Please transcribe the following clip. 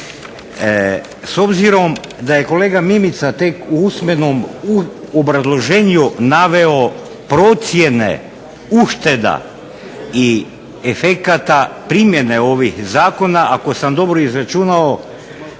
S obzirom da je kolega Mimica tek u usmenom obrazloženju naveo procjene ušteda i efekata primjene ovih zakona, ako sam dobro izračunao